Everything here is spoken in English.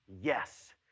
yes